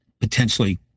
potentially